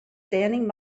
standing